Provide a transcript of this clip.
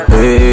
Hey